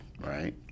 right